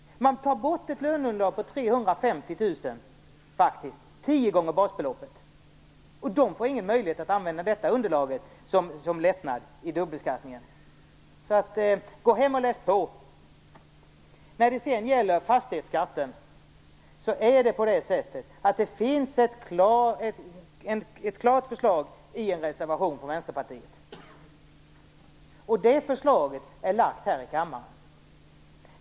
Man tar bort ett lönebidrag på 350 000 kr, dvs. tio gånger basbeloppet. De får ingen möjlighet att använda detta underlag som lättnad i dubbelbeskattningen. Gå hem och läs på! När det sedan gäller fastighetsskatten finns ett klart förslag i en reservation från Vänsterpartiet. Det förslaget är framlagt här i riksdagen.